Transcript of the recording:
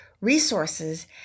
resources